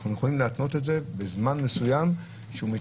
אנחנו יכולים להתנות את זה בזמן מסוים שהוא לא